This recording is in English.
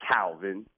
Calvin